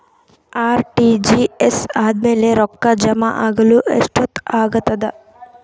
RTGS ಆದ್ಮೇಲೆ ರೊಕ್ಕ ಜಮಾ ಆಗಲು ಎಷ್ಟೊತ್ ಆಗತದ?